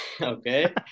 Okay